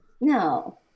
No